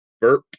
Burp